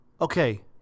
okay